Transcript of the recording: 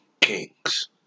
Kings